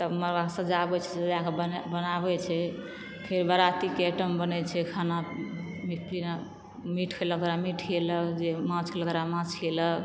तब मरबा के सजाबै छै सजबैके बनाबै छै फेर बराती के आइटम बनै छै खाना पीना मीट खैलक ओकरा मीट खीएलक जे माछ खेलक ओकरा माछ खीएलक